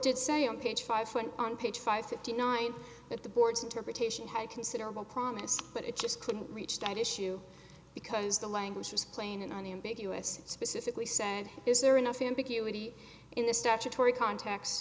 did say on page five when on page five fifty nine that the board's interpretation had considerable promise but it just couldn't reach that issue because the language was plain and unambiguous and specifically said is there enough ambiguity in the statutory cont